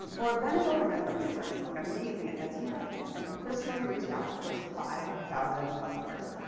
um or ben silverman from pinterest is like amazing at this. he went and personally reached out to the first five thousand customers.